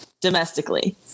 domestically